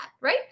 right